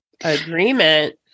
agreement